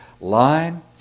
line